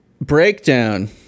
breakdown